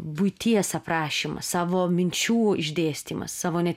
buities aprašymas savo minčių išdėstymas savo ne